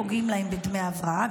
פוגעים להם בדמי ההבראה,